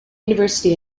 university